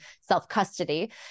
self-custody